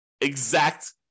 Exact